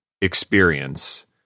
experience